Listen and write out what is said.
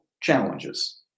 challenges